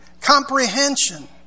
comprehension